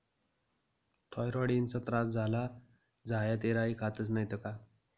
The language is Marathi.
थॉयरॉईडना त्रास झाया ते राई खातस नैत का